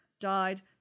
died